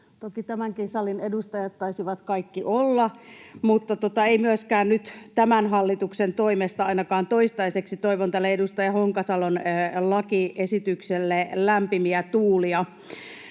toki tämänkin salin edustajat taisivat kaikki olla, mutta ei myöskään nyt tämän hallituksen toimesta, ainakaan toistaiseksi. Toivon tälle edustaja Honkasalon lakiesitykselle lämpimiä tuulia.